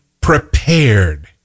prepared